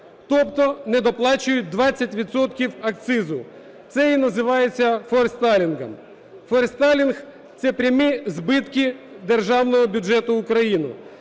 тобто недоплачують 20 відсотків акцизу. Це і називається форестелінг. Форестелінг – це прямі збитки державного бюджету України.